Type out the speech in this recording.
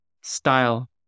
style